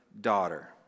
daughter